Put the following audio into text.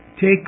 take